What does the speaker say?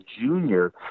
junior